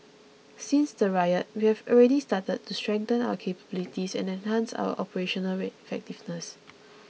since the riot we have already started to strengthen our capabilities and enhance our operational effectiveness